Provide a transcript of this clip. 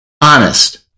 honest